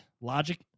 logic